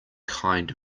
kind